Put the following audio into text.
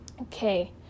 Okay